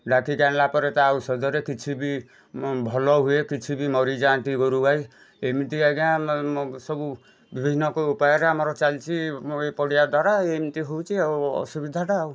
ଡ଼ାକିକି ଆଣିଲା ପରେ ତା ଔଷଧରେ କିଛି ବି ଭଲ ହୁଏ କିଛି ବି ମରି ଯାଆନ୍ତି ଗୋରୁ ଗାଈ ଏମିତି ଆଜ୍ଞା ଆମ ସବୁ ବିଭିନ୍ନ କ ଉପାୟରେ ଆମର ଚାଲିଛି ମ ଏ ପଡ଼ିଆ ଦ୍ଵାରା ଏମିତି ହେଉଛି ଆଉ ଅସୁବିଧାଟା ଆଉ